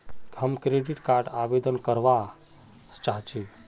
हम credit card आवेदन करवा संकोची?